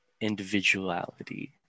individuality